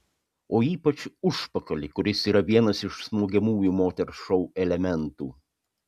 o ypač užpakalį kuris yra vienas iš smogiamųjų moters šou elementų